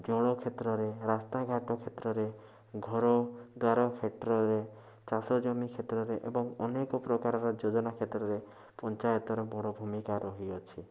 ଜଳକ୍ଷେତ୍ରରେ ରାସ୍ତାଘାଟ କ୍ଷେତ୍ରରେ ଘର ଦ୍ଵାର କ୍ଷେତ୍ରରେ ଚାଷ ଜମି କ୍ଷେତ୍ରରେ ଏବଂ ଅନେକ ପ୍ରକାରର ଯୋଜନା କ୍ଷେତ୍ରରେ ପଞ୍ଚାୟତର ବଡ଼ ଭୂମିକା ରହିଅଛି